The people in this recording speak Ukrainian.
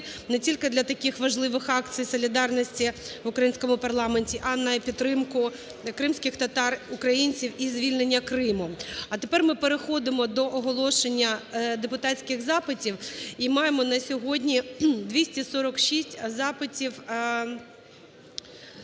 не тільки для таких важливих акцій солідарності в українському парламенті, а на підтримку кримських татар, українців і звільнення Криму. А тепер ми переходимо до оголошення депутатських запитів і маємо на сьогодні 246 запитів